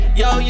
yo